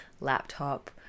laptop